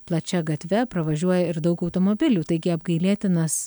plačia gatve pravažiuoja ir daug automobilių taigi apgailėtinas